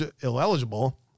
illegible